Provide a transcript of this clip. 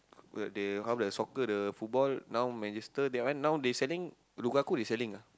but they half the soccer the football now Manchester that one they selling Rugaku they selling ah